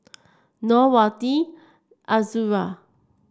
Nor Wati Azura